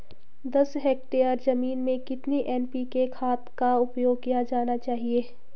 दस हेक्टेयर जमीन में कितनी एन.पी.के खाद का उपयोग किया जाना चाहिए?